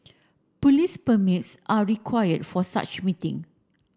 police permits are required for such meeting